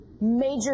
major